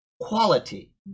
quality